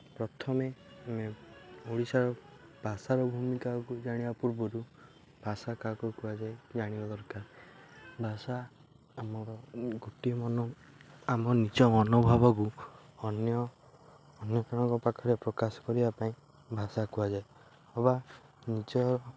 ପ୍ରଥମେ ଆମେ ଓଡ଼ିଶାର ଭାଷାର ଭୂମିକାକୁ ଜାଣିବା ପୂର୍ବରୁ ଭାଷା କାହାକୁ କୁହାଯାଏ ଜାଣିବା ଦରକାର ଭାଷା ଆମର ଗୋଟିଏ ମନ ଆମ ନିଜ ମନୋଭାବକୁ ଅନ୍ୟ ଅନ୍ୟଜଣଙ୍କ ପାଖରେ ପ୍ରକାଶ କରିବା ପାଇଁ ଭାଷା କୁହାଯାଏ ଅବା ନିଜ